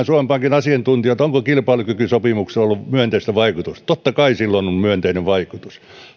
suomen pankin asiantuntijoilta onko kilpailukykysopimuksella ollut myönteistä vaikutusta totta kai sillä on ollut myönteinen vaikutus